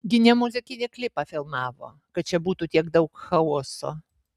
gi ne muzikinį klipą filmavo kad čia būtų tiek daug chaoso